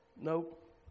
Nope